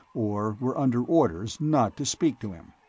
or were under orders not to speak to him.